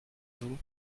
vous